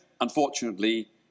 unfortunately